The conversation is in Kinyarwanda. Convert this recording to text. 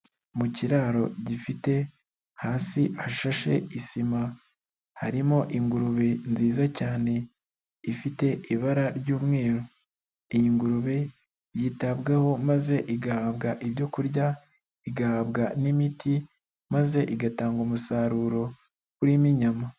Mu kiraro gifite hasi hashashe isima, harimo ingurube nziza cyane, ifite ibara ry'umweru, iyi ngurube yitabwaho maze igahabwa ibyo kurya, igahabwa n'imiti maze igatanga umusaruro urimo inyama.